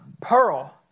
Pearl